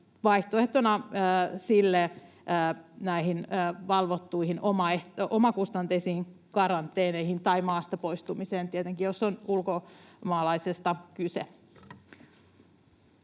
vaihtoehtona sille nämä valvotut omakustanteiset karanteenit tai tietenkin maasta poistuminen, jos on ulkomaalaisesta kyse.